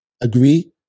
agree